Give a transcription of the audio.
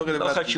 לא רלוונטי.